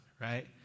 right